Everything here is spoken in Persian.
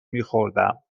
میخوردم